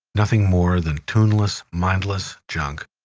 nothing more than tuneless, mindless junk.